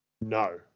No